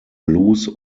blues